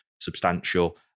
substantial